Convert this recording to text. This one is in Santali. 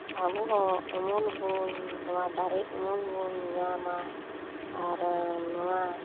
ᱟᱵᱚ ᱦᱚᱸ ᱩᱢᱩᱞ ᱵᱚᱱ ᱱᱚᱣᱟ ᱫᱟᱨᱮ ᱩᱢᱩᱞ ᱵᱚᱱ ᱧᱟᱢᱟ ᱟᱨ ᱱᱚᱣᱟ